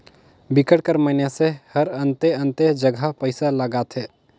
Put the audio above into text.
बिकट कर मइनसे हरअन्ते अन्ते जगहा पइसा लगाथे